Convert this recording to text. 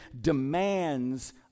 demands